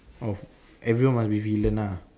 oh everyone must be villain ah